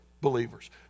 believers